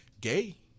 gay